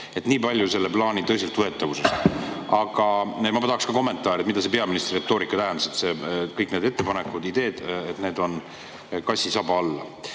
Nii palju selle plaani tõsiseltvõetavusest. Aga ma tahaks ka kommentaari, mida see peaministri retoorika tähendas – kõik need ettepanekud, ideed mingu kassi saba alla.